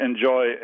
enjoy